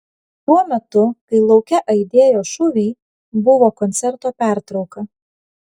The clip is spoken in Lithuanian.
tuo metu kai lauke aidėjo šūviai buvo koncerto pertrauka